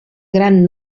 gran